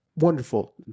Wonderful